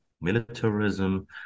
militarism